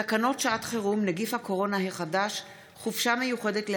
תקנות שעת חירום (נגיף הקורונה החדש) (חופשה מיוחדת לאסיר),